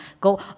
go